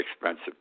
expensive